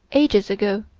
ages ago,